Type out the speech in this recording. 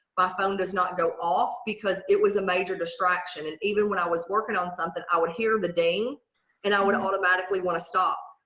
my phone does not go off because it was a major distraction. and even when i was working on something, i would hear the ding and i want to automatically want to stop.